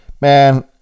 man